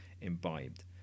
imbibed